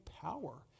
power